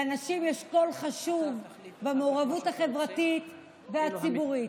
לנשים יש קול חשוב במעורבות החברתית והציבורית.